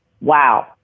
wow